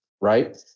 right